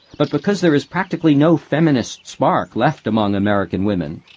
but because there is practically no feminist spark left among american women.